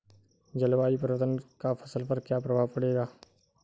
जलवायु परिवर्तन का फसल पर क्या प्रभाव पड़ेगा?